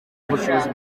ubushobozi